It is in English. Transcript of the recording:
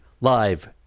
live